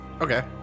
Okay